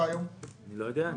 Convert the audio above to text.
כמה פיצוי אתה נותן לו היום?